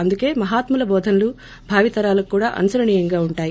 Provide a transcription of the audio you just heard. అందుకే మహాత్ముల బోధనలు భావి తరాలకు కూడా అనుసరణీయంగా ఉంటాయి